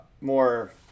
more